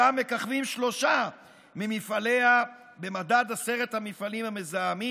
שם מככבים שלושה ממפעליה במדד עשרת המפעלים המזהמים,